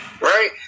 Right